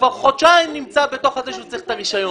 כבר חודשיים נמצא במצב בו הוא צריך את הרישיון.